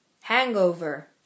Hangover